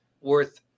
worth